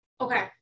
Okay